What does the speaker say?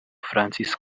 francis